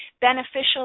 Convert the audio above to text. beneficial